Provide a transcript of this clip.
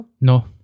No